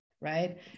right